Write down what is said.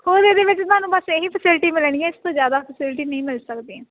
ਹੁਣ ਇਹਦੇ ਵਿੱਚ ਤੁਹਾਨੂੰ ਬਸ ਇਹੀ ਫਸਿਲਿਟੀ ਮਿਲਣਗੀਆਂ ਇਸ ਤੋਂ ਜ਼ਿਆਦਾ ਫਸਿਲਿਟੀ ਨਹੀਂ ਮਿਲ ਸਕਦੀਆਂ